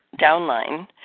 downline